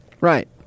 Right